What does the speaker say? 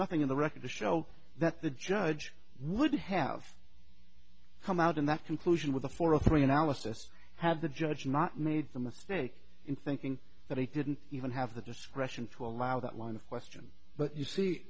nothing in the record to show that the judge would have come out in that conclusion with a for a three analysis have the judge not made the mistake in thinking that he didn't even have the discretion to allow that line of question but you see